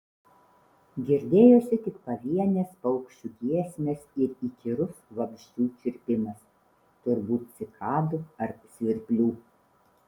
girdėjosi tik pavienės paukščių giesmės ir įkyrus vabzdžių čirpimas turbūt cikadų ar svirplių